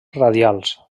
radials